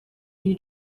new